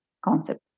concept